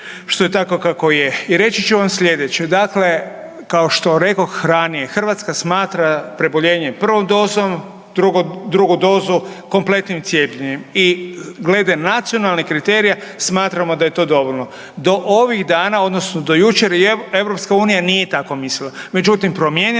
što je tako kako je. I reći ću vam sljedeće. Dakle kao što rekoh ranije Hrvatska smatra preboljenje prvom dozom, drugu dozu kompletnim cijepljenjem i glede nacionalnih kriterija smatramo da je to dovoljno. Do ovih dana odnosno do jučer Europska unija nije tako mislila. Međutim, promijenila